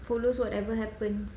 follows whatever happens